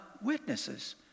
witnesses